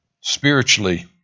spiritually